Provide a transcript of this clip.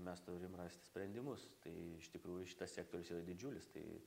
mes turim rast sprendimus tai iš tikrųjų šitas sektorius yra didžiulis tai